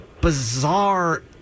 bizarre